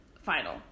final